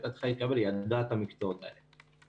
הייתה צריכה להתקבל היא למדה את המקצועות האלה.